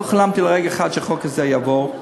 לא חלמתי לרגע שהחוק הזה יעבור,